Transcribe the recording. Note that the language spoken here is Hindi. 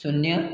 शून्य